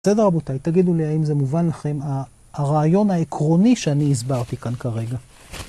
בסדר רבותיי, תגידו לי האם זה מובן לכם, הרעיון העקרוני שאני הסברתי כאן כרגע.